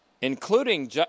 including